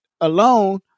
alone